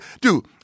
dude